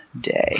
day